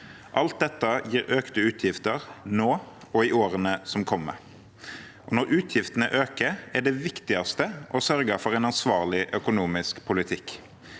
Alt dette gir økte utgifter nå og i årene som kommer. Når utgiftene øker, er det viktigste å sørge for en ansvarlig økonomisk politikk